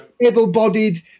able-bodied